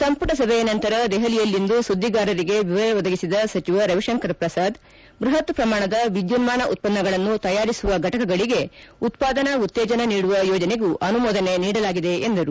ಸಂಪುಟ ಸಭೆಯ ನಂತರ ದೆಹಲಿಯಲ್ಲಿಂದು ಸುದ್ದಿಗಾರರಿಗೆ ವಿವರ ಒದಗಿಸಿದ ಸಚಿವ ರವಿಶಂಕರ್ ಪ್ರಸಾದ್ ಬೃಹತ್ ಪ್ರಮಾಣದ ವಿದ್ಯುನ್ಮಾನ ಉತ್ಪನ್ನಗಳನ್ನು ತಯಾರಿಸುವ ಫಟಕಗಳಿಗೆ ಉತ್ಪಾದನಾ ಉತ್ತೇಜನ ನೀಡುವ ಯೋಜನೆಗೂ ಅನುಮೋದನೆ ನೀಡಲಾಗಿದೆ ಎಂದರು